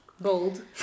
Bold